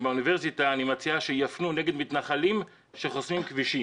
באוניברסיטה אני מציעה שיפנו נגד מתנחלים שחוסמים כבישים'.